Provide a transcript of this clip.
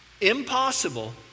impossible